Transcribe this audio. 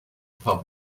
pump